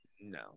No